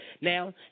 Now